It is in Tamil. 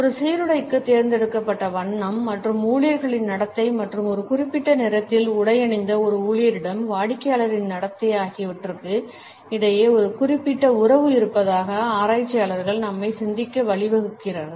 ஒரு சீருடைக்குத் தேர்ந்தெடுக்கப்பட்ட வண்ணம் மற்றும் ஊழியர்களின் நடத்தை மற்றும் ஒரு குறிப்பிட்ட நிறத்தில் உடையணிந்த ஒரு ஊழியரிடம் வாடிக்கையாளரின் நடத்தை ஆகியவற்றுக்கு இடையே ஒரு குறிப்பிட்ட உறவு இருப்பதாக ஆராய்ச்சியாளர்கள் நம்மை சிந்திக்க வழிவகுக்கின்றனர்